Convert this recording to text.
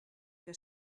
que